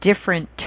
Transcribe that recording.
different